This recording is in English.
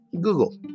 Google